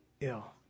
ill